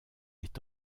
est